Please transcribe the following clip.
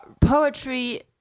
poetry